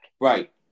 Right